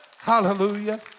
hallelujah